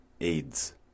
AIDS